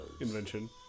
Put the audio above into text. Invention